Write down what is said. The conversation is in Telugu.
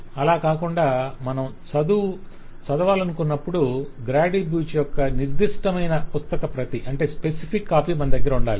అలా కాకుండా మనం చదవలనుకొన్నప్పుడు గ్రాడి బూచ్ బుక్ యొక్క నిర్దిష్టమైన పుస్తక ప్రతి మన దగ్గర ఉండాలి